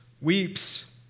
weeps